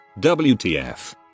WTF